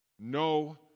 no